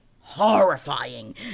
horrifying